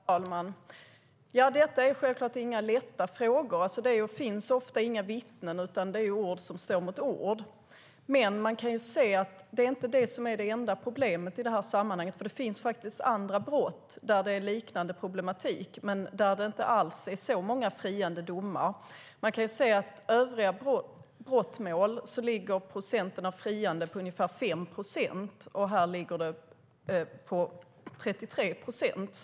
Herr talman! Detta är självklart inga lätta frågor. Det finns ofta inga vittnen. Ord står mot ord. Men man kan se att det inte är det enda problemet i det här sammanhanget, för det finns andra brott där det är liknande problematik men där det inte alls är så många friande domar. Man kan se att för övriga brottmål ligger de friande domarna på ungefär 5 procent. Och här ligger det på 33 procent.